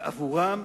ועבורם